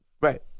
Right